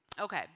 Okay